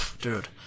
Dude